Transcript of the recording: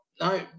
no